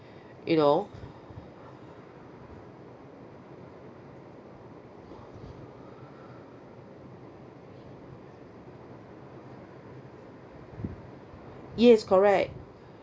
you know yes correct